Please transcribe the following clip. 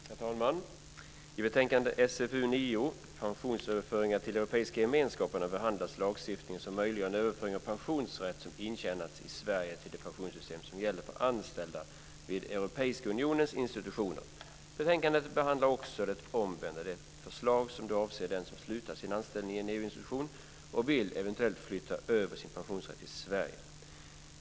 Herr talman! I betänkande SfU9 om pensionsöverföringar till Europeiska gemenskaperna behandlas lagstiftningen som möjliggör en överföring av pensionsrätt som intjänats i Sverige till det pensionssystem som gäller för anställda vid Europeiska unionens institutioner. Betänkandet behandlar också det omvända, ett förslag som avser den som slutar sin anställning i en EU-institution och eventuellt vill flytta över sin pensionsrätt i Sverige.